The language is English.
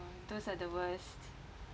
those are the worst